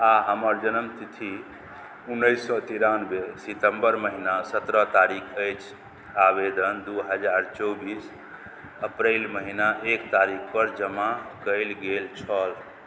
आओर हमर जनमतिथि उनैस सओ तेरानवे सितम्बर महिना सतरह तारिख अछि आवेदन दुइ हजार चौबिस अप्रैल महिना एक तारिखपर जमा कएल गेल छल